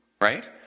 Right